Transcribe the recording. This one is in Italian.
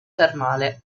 termale